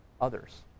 others